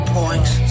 points